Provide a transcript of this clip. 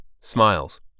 smiles